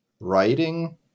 Writing